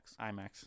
IMAX